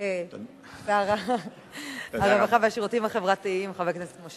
שר הרווחה והשירותים החברתיים חבר הכנסת משה כחלון.